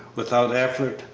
without effort,